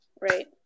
right